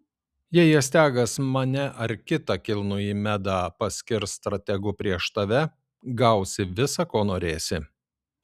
jei astiagas mane ar kitą kilnųjį medą paskirs strategu prieš tave gausi visa ko norėsi